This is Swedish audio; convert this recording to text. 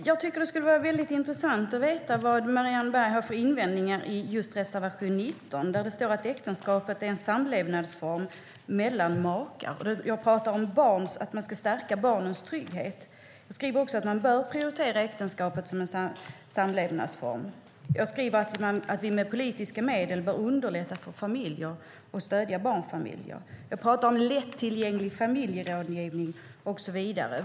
Herr talman! Det skulle vara intressant att veta vilka invändningar Marianne Berg har mot reservation 19. Där står det att "äktenskapet är en samlevnadsform . mellan makar". Jag skriver att man ska stärka barnens trygghet. Jag skriver också att man bör prioritera äktenskapet som samlevnadsform och att vi med politiska medel bör underlätta för familjer och stödja barnfamiljer. Jag nämner lättillgänglig familjerådgivning och så vidare.